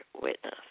witness